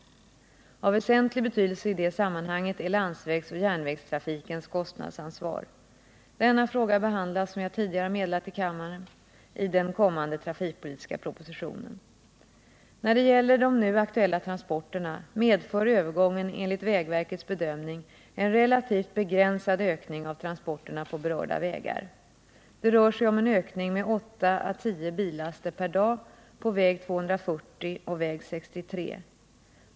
Av väsentlig betydelse i det sammanhanget är landsvägsoch järnvägstrafikens kostnadsansvar. Denna fråga behandlas, som jag tidigare har meddelat i kammaren, i den kommande trafikpolitiska propositionen. När det gäller de nu aktuella transporterna medför övergången enligt vägverkets bedömning en relativt begränsad ökning av transporterna på berörda vägar. Det rör sig om en ökning med 8 å 10 billaster per dag på väg 240 och väg 63.